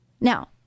Now